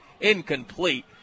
incomplete